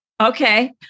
Okay